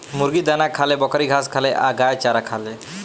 मुर्गी दाना खाले, बकरी घास खाले आ गाय चारा खाले